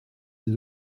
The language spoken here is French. des